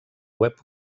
web